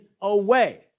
away